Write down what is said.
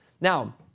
Now